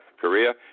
Korea